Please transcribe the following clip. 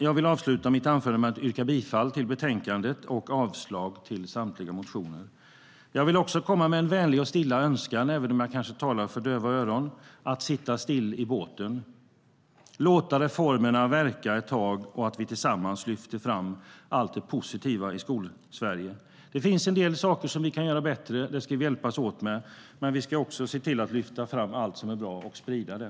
Jag vill avsluta mitt anförande med att yrka bifall till förslaget i betänkandet och avslag på samtliga motioner. Jag vill också komma med en vänlig och stilla önskan, även om jag kanske talar för döva öron, nämligen att sitta still i båten. Låt reformerna verka ett tag, och låt oss tillsammans lyfta fram allt det positiva i Skolsverige. Det finns en del saker som vi kan göra bättre, och där ska vi hjälpas åt, men vi ska också se till att lyfta fram och sprida allt som är bra.